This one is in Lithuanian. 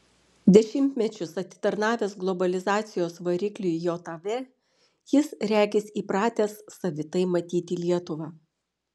dešimtmečius atitarnavęs globalizacijos varikliui jav jis regis įpratęs savitai matyti lietuvą